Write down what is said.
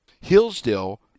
Hillsdale